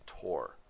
tour